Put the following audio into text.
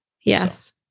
Yes